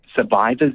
survivor's